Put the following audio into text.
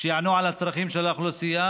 שיענו על הצרכים של האוכלוסייה,